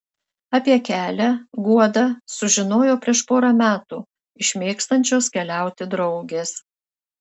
apie kelią guoda sužinojo prieš porą metų iš mėgstančios keliauti draugės